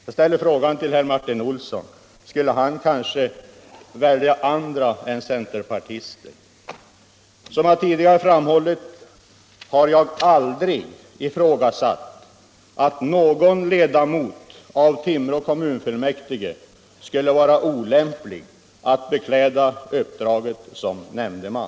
Jag ställer frågan till Martin Olsson i Sundsvall: Skulle han kanske välja andra än centerpartister? Som jag tidigare framhållit, har jag aldrig ifrågasatt att någon ledamot av Timrå kommunfullmäktige skulle vara olämplig att bekläda uppdraget som nämndeman.